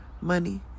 money